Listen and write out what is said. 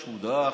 כשהוא דעך,